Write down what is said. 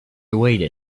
waited